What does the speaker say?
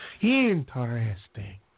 interesting